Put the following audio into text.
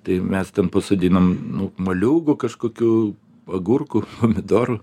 tai mes ten pasodinom nu moliūgų kažkokių agurkų pomidorų